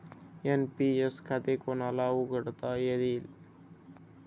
NPS खाते कोणाला उघडता येईल?